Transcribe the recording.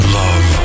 love